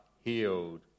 healed